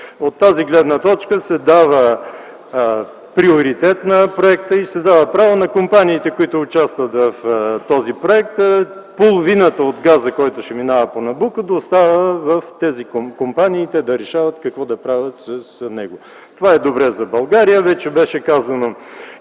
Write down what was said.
От тази гледна точка се дава приоритет на проекта и се дава право на компаниите, които участват в този проект половината от газа, който ще минава по „Набуко” да остава в тези компании и те да решават какво да правят с него. Това е добре за България. Вече беше казано